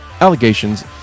allegations